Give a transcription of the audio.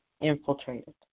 infiltrated